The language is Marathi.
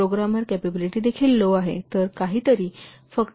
प्रोग्रामर कॅपॅबिलिटी देखील लो आहे येथे काहीतरी फक्त एक मिनिट आहे